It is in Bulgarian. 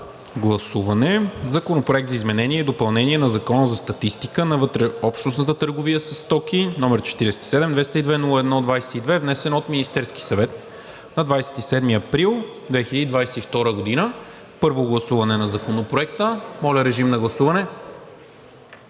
гласуване Законопроект за изменение и допълнение на Закона за статистика на вътрешнообщностната търговия със стоки, № 47-202-01-22, внесен от Министерския съвет на 27 април 2022 г. – първо гласуване на Законопроекта. Режим на гласуване.